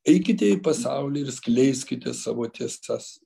eikite į pasaulį ir skleiskite savo tiesas